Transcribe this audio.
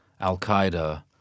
Al-Qaeda